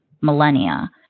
millennia